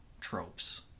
tropes